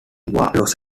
los